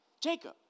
Jacob